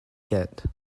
get